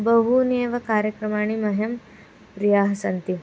बहूनि एव कार्यक्रमाणि मह्यं प्रियाः सन्ति